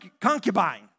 concubine